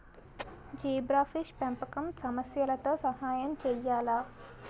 Zebrafish పెంపకం సమస్యలతో సహాయం చేయాలా?